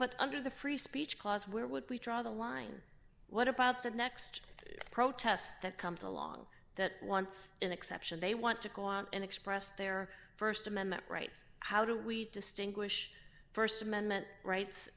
but under the free speech clause where would we draw the line what about said next protest that comes along that wants an exception they want to go out and express their st amendment rights how do we distinguish st amendment rights